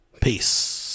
peace